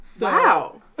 Wow